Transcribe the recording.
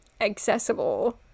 accessible